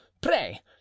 Pray